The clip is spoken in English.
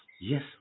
yes